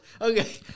Okay